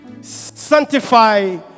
sanctify